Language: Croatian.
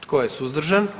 Tko je suzdržan?